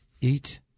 eat